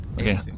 Okay